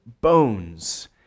bones